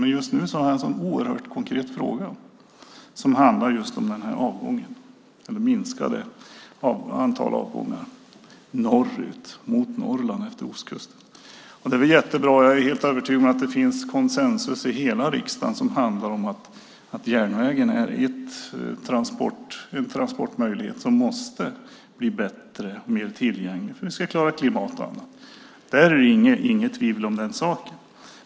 Men just nu har jag en oerhört konkret fråga som handlar om det minskade antalet avgångar norrut, mot Norrland efter ostkusten. Jag är helt övertygad om att det finns konsensus i hela riksdagen om att järnvägen är en transportmöjlighet som måste bli bättre och mer tillgänglig för att vi ska klara klimat och annat. Det är jättebra, och det råder inget tvivel om den saken.